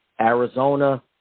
Arizona